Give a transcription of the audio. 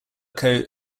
coat